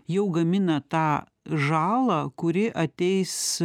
jau gamina tą žalą kuri ateis